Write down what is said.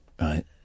right